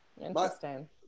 Interesting